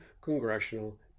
congressional